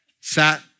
sat